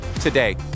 today